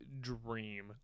dream